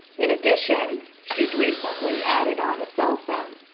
in addition, she's recently added on a cell phone.